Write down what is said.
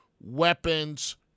weapons